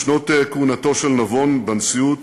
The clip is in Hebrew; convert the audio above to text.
בשנות כהונתו של נבון בנשיאות